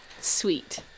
Sweet